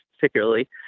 particularly